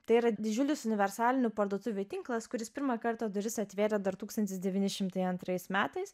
tai yra didžiulis universalinių parduotuvių tinklas kuris pirmą kartą duris atvėrė dar tūkstantis devyni šimtai antrais metais